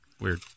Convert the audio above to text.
weird